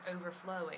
overflowing